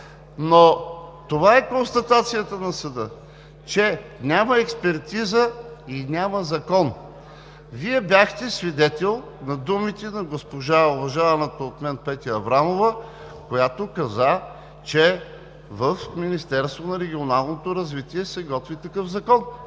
но това е констатацията на съда, че няма експертиза и няма закон! Вие бяхте свидетел на думите на уважаваната от мен Петя Аврамова, която каза, че в Министерство на регионалното развитие и благоустройството